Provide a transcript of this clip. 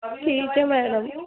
ठीक है मैडम